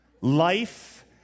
Life